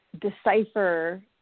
decipher